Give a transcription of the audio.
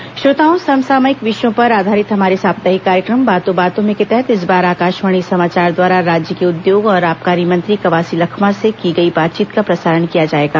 बातों बातों में समसामयिक विषयों पर आधारित हमारे साप्ताहिक कार्यक्रम बातों बातों में के तहत इस बार आकाशवाणी समाचार द्वारा राज्य के उद्योग और आबकारी मंत्री कवासी लखमा से की गई बातचीत का प्रसारण किया जाएगा